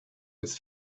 with